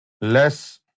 less